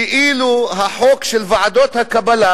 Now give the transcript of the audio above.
כאילו החוק של ועדות הקבלה,